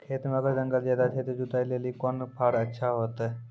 खेत मे अगर जंगल ज्यादा छै ते जुताई लेली कोंन फार अच्छा होइतै?